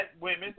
women